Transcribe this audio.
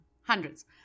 hundreds